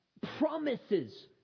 Promises